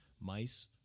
Mice